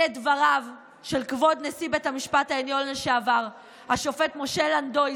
אלה דבריו של כבוד נשיא בית המשפט העליון לשעבר השופט משה לנדוי,